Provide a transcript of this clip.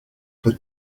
the